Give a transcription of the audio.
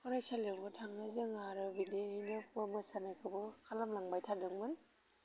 फरायसालियावबो थाङो जों आरो बिदिनो मोसानायखौबो खालामलांबाय थादोंमोन